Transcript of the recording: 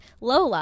Lola